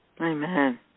Amen